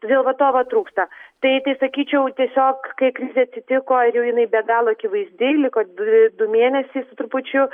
todėl va to va trūksta tai tai sakyčiau tiesiog kai krizė atsitiko ir jau jinai be galo akivaizdi liko du du mėnesiai su trupučiu